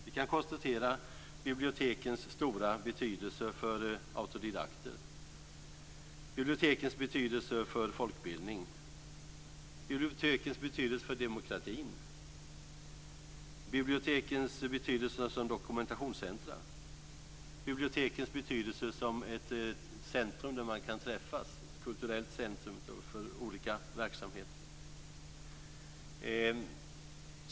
Vi kan konstatera bibliotekens stora betydelse för autodidakter, bibliotekens betydelse för folkbildning, bibliotekens betydelse för demokratin, bibliotekens betydelse som dokumentationscentrer och bibliotekets betydelse som ett centrum där man kan träffas - ett kulturellt centrum för olika verksamheter.